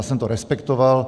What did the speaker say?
Já jsem to respektoval.